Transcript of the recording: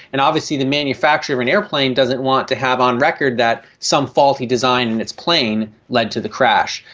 and obviously the manufacturer of an aeroplane doesn't want to have on record that some faulty design in its plane led to the crash.